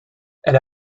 elle